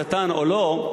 השטן או לא,